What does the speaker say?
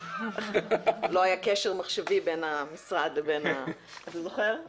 לא היה קשר מחשבי בין המשרד לבין רשות